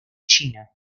china